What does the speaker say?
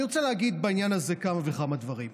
אני רוצה להגיד בעניין הזה כמה וכמה דברים.